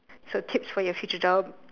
so tips for your future job